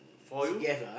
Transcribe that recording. for you